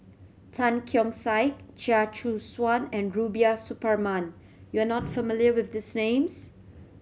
Tan Keong Saik Chia Choo Suan and Rubiah Suparman you are not familiar with these names